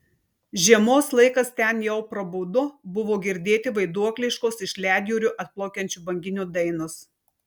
žiemos laikas ten jau prabudo buvo girdėti vaiduokliškos iš ledjūrio atplaukiančių banginių dainos